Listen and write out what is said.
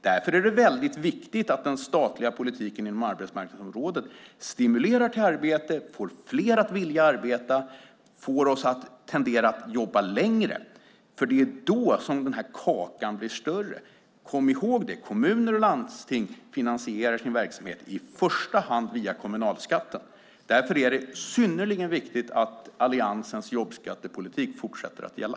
Det är därför viktigt att den statliga politiken inom arbetsmarknadsområdet stimulerar till arbete, får fler att vilja arbeta och får oss att vilja arbeta längre. Det är då kakan blir större. Kom ihåg att kommuner och landsting finansierar sin verksamhet via kommunalskatten. Därför är det synnerligen viktigt att Alliansens jobbskattepolitik fortsätter gälla.